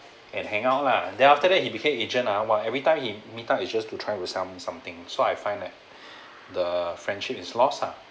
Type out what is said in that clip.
and hang on lah then after that he became agent ah !wah! every time he meet up he just to try with some something so I find that the friendship is lost lah